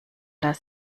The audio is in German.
das